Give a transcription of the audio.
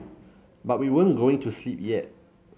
but we weren't going to sleep yet